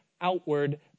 outward